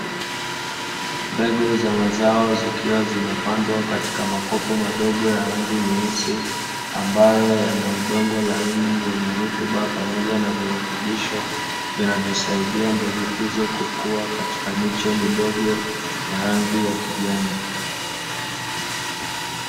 Mbegu za mazao zikiwa zimepandwa katika makopo madogo ya rangi nyeusi, ambayo yana udongo laini wenye rutuba pamoja na virutubisho vinavyosaidia mbegu hizo kukuwa katika miche midogo ya rangi ya kijani.